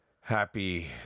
Happy